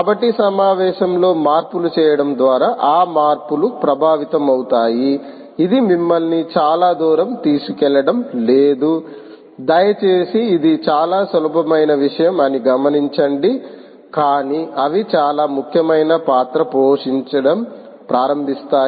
కాబట్టి సమావేశంలో మార్పులు చేయడం ద్వారా ఆ మార్పులు ప్రభావితమవుతాయి ఇది మిమ్మల్ని చాలా దూరం తీసుకెళ్లడం లేదు దయచేసి ఇది చాలా సులభమైన విషయం అని గమనించండి కానీ అవి చాలా ముఖ్యమైన పాత్ర పోషించడం ప్రారంభిస్తాయి